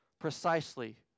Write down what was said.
precisely